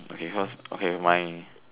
okay first okay my